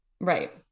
right